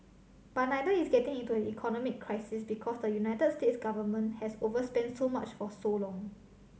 but neither is getting into an economic crisis because the United States government has overspent so much for so long